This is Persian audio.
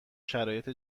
شرایط